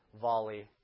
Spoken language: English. volley